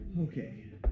Okay